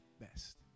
best